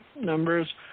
numbers